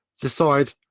Decide